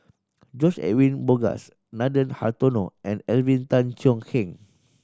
George Edwin Bogaars Nathan Hartono and Alvin Tan Cheong Kheng